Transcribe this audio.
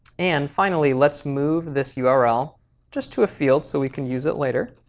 and finally, let's move this yeah url just to a field so we can use it later.